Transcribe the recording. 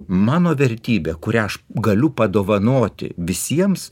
mano vertybė kurią aš galiu padovanoti visiems